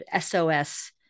SOS